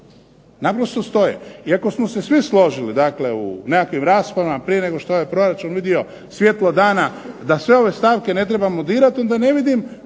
naprosto stoje. I ako smo se svi složili dakle u nekakvim rasprava prije nego što je ovaj proračun vidio svjetlo dana da sve ove stavke ne trebamo dirati, onda ne vidim